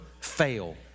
fail